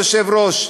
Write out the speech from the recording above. כבוד היושב-ראש,